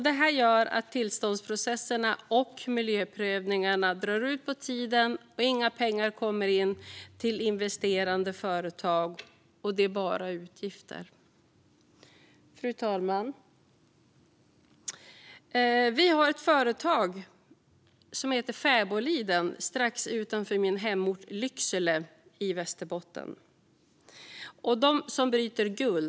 Det gör att tillståndsprocesserna och miljöprövningarna drar ut på tiden, och inga pengar kommer in till investerande företag, utan det är bara utgifter. Fru talman! Vi har ett företag som heter Fäboliden, som bryter guld strax utanför min hemort Lycksele i Västerbotten.